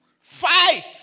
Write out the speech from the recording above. Fight